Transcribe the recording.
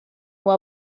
huwa